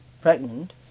pregnant